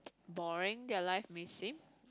boring their life may seem